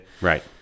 Right